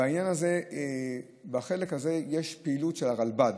בעניין הזה, בחלק הזה, יש פעילות של הרלב"ד,